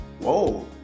Whoa